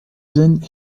zin